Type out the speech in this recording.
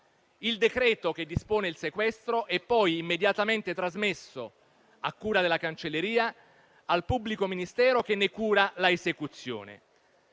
Il decreto che dispone il sequestro è poi immediatamente trasmesso, a cura della cancelleria, al pubblico ministero, che ne cura la esecuzione.